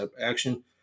action